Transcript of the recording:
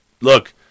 Look